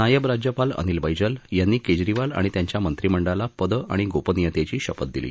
नायब राज्यपाल अनिल बैजल यांनी केजरीवाल आणि त्यांच्या मत्रिमंडळाला पद आणि गोपनीयतेची शपथ दिली